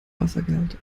wassergehalt